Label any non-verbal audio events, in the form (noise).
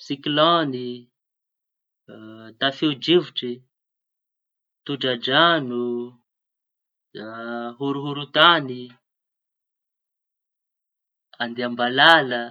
Siklôny, (hesitation) tafio-drivotry, tondra-drano, (hesitation) horohoron-tañy, (hesitation) adiam-balala.